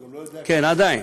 הוא גם לא יודע, כן, עדיין.